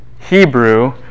Hebrew